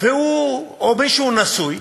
או מישהו נשוי,